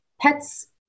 pets